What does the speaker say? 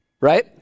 right